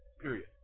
Period